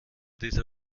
dieser